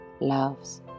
loves